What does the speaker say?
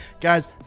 Guys